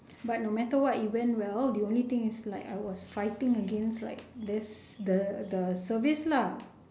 but no matter what it went well the only thing is like I was fighting against like this the the service lah